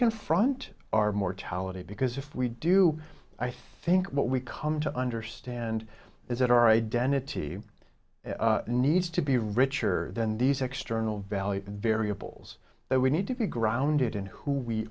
confront our mortality because if we do i think what we come to understand is that our identity needs to be richer than these external value variables that we need to be grounded in who we